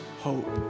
hope